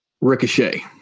Ricochet